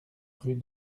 rue